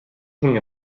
thing